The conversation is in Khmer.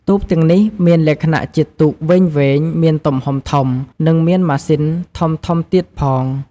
ទូកទាំងនេះមានលក្ចណៈជាទូកវែងៗមានទំហំធំ និងមានម៉ាស៊ីនធំៗទៀតផង។